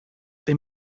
they